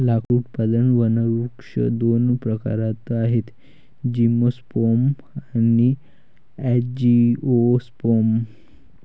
लाकूड उत्पादक वनवृक्ष दोन प्रकारात आहेतः जिम्नोस्पर्म आणि अँजिओस्पर्म